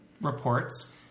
reports